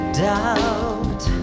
doubt